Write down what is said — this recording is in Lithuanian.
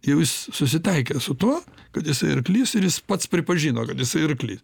jau jis susitaikė su tuo kad jisai arklys ir jis pats pripažino kad jisai arklys